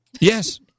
Yes